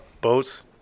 Boats